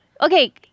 okay